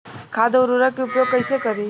खाद व उर्वरक के उपयोग कईसे करी?